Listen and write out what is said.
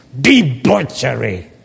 debauchery